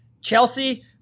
Chelsea